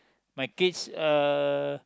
my kids uh